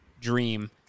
dream